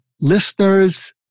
listeners